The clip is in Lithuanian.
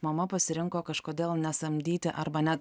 mama pasirinko kažkodėl nesamdyti arba ne